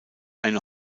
eine